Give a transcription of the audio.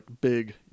big